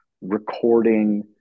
recording